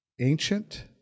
Ancient